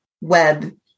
web